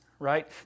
right